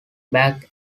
back